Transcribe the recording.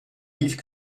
livres